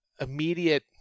immediate